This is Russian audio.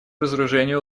разоружению